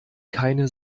keine